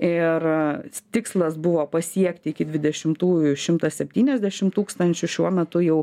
ir tikslas buvo pasiekti iki dvidešimtųjų šimtą septyniasdešim tūkstančių šiuo metu jau